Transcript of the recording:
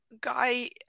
Guy